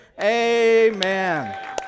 Amen